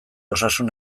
osasun